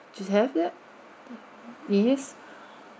do you have that it is